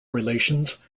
relations